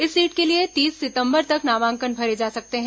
इस सीट के लिए तीस सितंबर तक नामांकन भरे जा सकते हैं